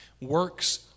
Works